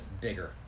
bigger